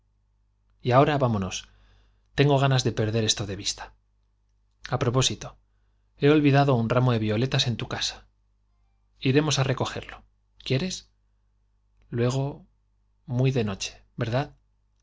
y ahora vámonos tengo ganas de perder esto de vista a he olvidado ramo de vio propósito un letas en tu casa iremos á recogerlo quieres luego muy de noche verdad